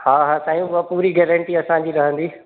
हा हा साईं हूअ पूरी गैरंटी असांजी रहंदी